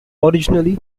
originally